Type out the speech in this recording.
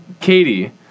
Katie